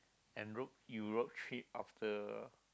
an route Europe trip after